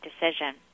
decision